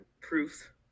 Proof